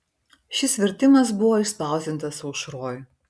šis vertimas buvo išspausdintas aušroj